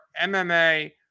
MMA